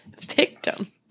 victim